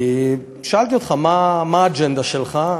כי שאלתי אותך מה האג'נדה שלך,